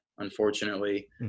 Unfortunately